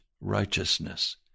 righteousness